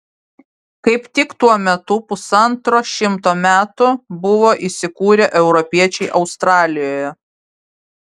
kaip tik tuo metu pusantro šimto metų buvo įsikūrę europiečiai australijoje